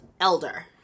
elder